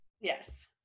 Yes